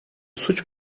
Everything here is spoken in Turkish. suç